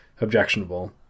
objectionable